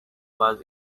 was